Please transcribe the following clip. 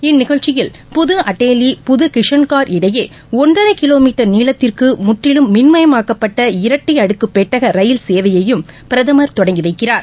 இந்நிகழ்ச்சியில் புது அடேவி புது கிஷன்கார் இடையே ஒன்றரை கிலோ மீட்டர் நீளத்திற்கு முற்றிலும் மின்மபமாக்கப்பட்ட இரட்டை அடுக்கு பெட்டக ரயில் சேவையையும் பிரதமர் தொடங்கி வைக்கிறார்